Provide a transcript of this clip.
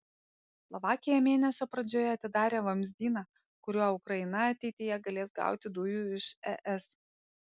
slovakija mėnesio pradžioje atidarė vamzdyną kuriuo ukraina ateityje galės gauti dujų iš es